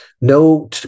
no